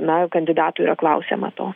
na kandidatų yra klausiama to